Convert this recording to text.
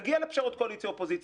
נגיע לפשרות קואליציה-אופוזיציה,